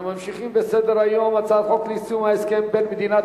אנחנו ממשיכים בסדר-היום: הצעת חוק ליישום ההסכם בין מדינת